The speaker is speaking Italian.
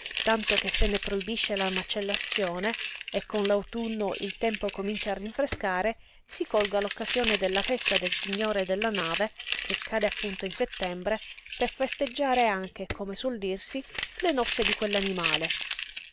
tanto che se ne proibisce la macellazione e con l'autunno il tempo comincia a rinfrescare si colga l'occasione della festa del signore della nave che cade appunto in settembre per festeggiare anche come suol dirsi le nozze di